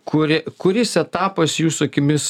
kuri kuris etapas jūsų akimis